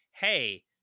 hey